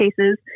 cases